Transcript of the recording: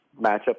matchup